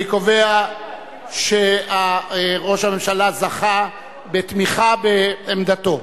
אני קובע שראש הממשלה זכה בתמיכה בעמדתו.